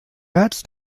gats